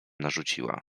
narzuciła